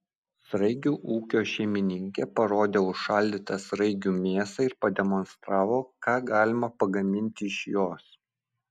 sraigių ūkio šeimininkė parodė užšaldytą sraigių mėsą ir pademonstravo ką galima pagaminti iš jos